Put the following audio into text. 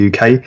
UK